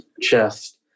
chest